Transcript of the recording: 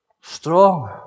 Strong